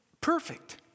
perfect